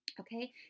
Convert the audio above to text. Okay